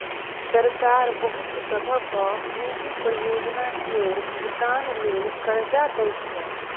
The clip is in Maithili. सरकार बहुत तरहक पूंजी परियोजना केर भोगतान लेल कर्जा दइ छै